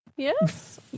Yes